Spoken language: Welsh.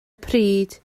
pryd